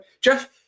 Jeff